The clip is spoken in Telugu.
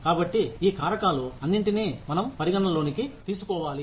కాబట్టి ఈ కారకాలు అన్నింటిని మనం పరిగణలోనికి తీసుకోవాలి